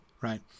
right